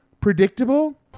predictable